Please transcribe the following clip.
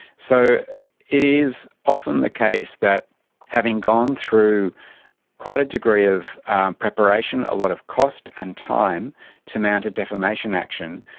so it is often the case that having gone through quite a degree of preparation, a lot of cost and time to mount a defamation action,